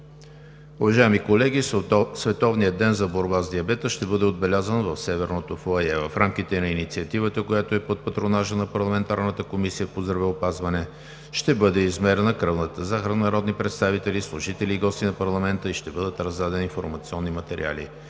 Уважаеми колеги, Световният ден за борба с диабета ще бъде отбелязан в Северното фоайе. В рамките на инициативата, която е под патронажа на парламентарната Комисия по здравеопазване, ще бъде измерена кръвната захар на народни представители, служители и гости на парламента и ще бъдат раздадени информационни материали.